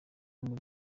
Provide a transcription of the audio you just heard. muri